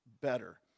better